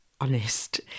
honest